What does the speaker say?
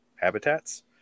habitats